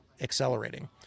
accelerating